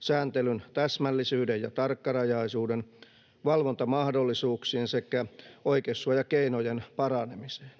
sääntelyn täsmällisyyden ja tarkkarajaisuuden, valvontamahdollisuuksien sekä oikeussuojakeinojen paranemiseen.